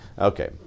Okay